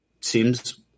seems